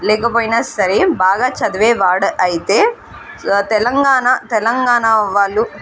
లేకపోయినా సరే బాగా చదువే వాడు అయితే ఆ తెలంగాణ తెలంగాణా వాళ్ళు